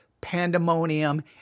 pandemonium